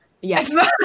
Yes